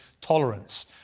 tolerance